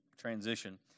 transition